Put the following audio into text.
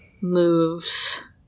moves